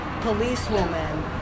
policewoman